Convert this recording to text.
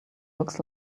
looks